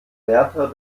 wärter